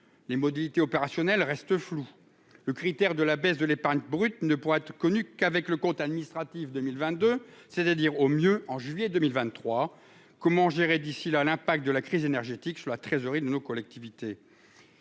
les modalités opérationnelles restent le critère de la baisse de l'épargne brute ne pourra être connue qu'avec le compte administratif 2022 c'est-à-dire au mieux en juillet 2023 comment gérer d'ici là, l'impact de la crise énergétique sur la trésorerie de nos collectivités,